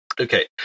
Okay